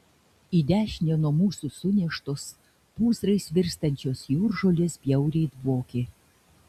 į dešinę nuo mūsų suneštos pūzrais virstančios jūržolės bjauriai dvokė